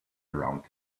around